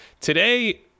Today